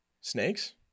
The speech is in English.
Snakes